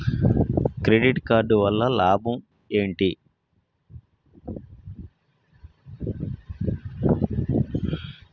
Credit card వల్ల లాభం ఏంటి?